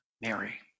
Mary